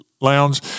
Lounge